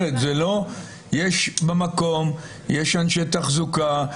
במקום יש אנשי תחזוקה,